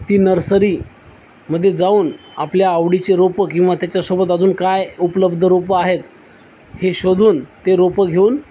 ती नर्सरीमध्ये जाऊन आपल्या आवडीचे रोपं किंवा त्याच्यासोबत अजून काय उपलब्ध रोपं आहेत हे शोधून ते रोपं घेऊन